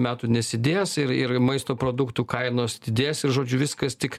metų nesidės ir ir maisto produktų kainos didės ir žodžiu viskas tik